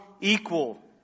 equal